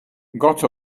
got